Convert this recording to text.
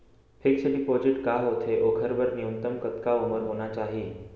Fix deposit का होथे ओखर बर न्यूनतम कतका उमर होना चाहि?